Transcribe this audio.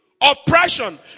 oppression